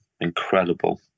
Incredible